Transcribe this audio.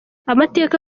amateka